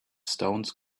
stones